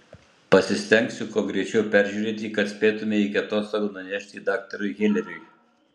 pasistengsiu kuo greičiau peržiūrėti kad spėtumei iki atostogų nunešti daktarui heleriui